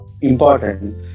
important